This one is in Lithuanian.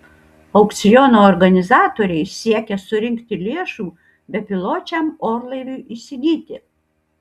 aukciono organizatoriai siekia surinkti lėšų bepiločiam orlaiviui įsigyti